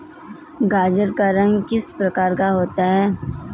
गाजर का रंग किस प्रकार का होता है?